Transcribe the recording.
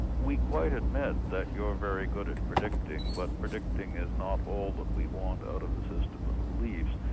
we quite admit that you're very good at predicting, but predicting is not all that we want out of the system of beliefs.